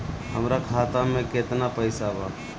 हमरा खाता में केतना पइसा बा?